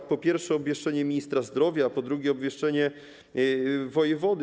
To, po pierwsze, obwieszczenie ministra zdrowia, po drugie, obwieszczenie wojewody.